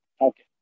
Okay